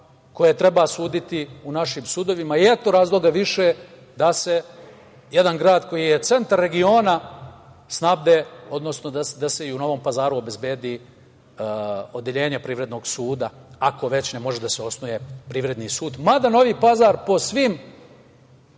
koje treba suditi u našim sudovima i eto razloga više da se jedan grad koji je centar regiona snabde, odnosno da se i u Novom Pazaru obezbedi odeljenje privrednog suda, ako već ne može da se osnuje privredni sud, mada Novi Pazar po svim